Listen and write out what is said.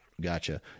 gotcha